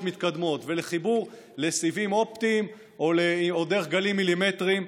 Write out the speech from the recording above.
מתקדמות ולחיבור לסיבים אופטיים או דרך גלים מילימטריים.